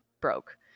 broke